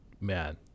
man